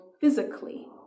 physically